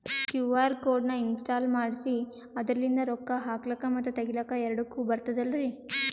QR code ನ install ಮಾಡೆಸಿ ಅದರ್ಲಿಂದ ರೊಕ್ಕ ಹಾಕ್ಲಕ್ಕ ಮತ್ತ ತಗಿಲಕ ಎರಡುಕ್ಕು ಬರ್ತದಲ್ರಿ?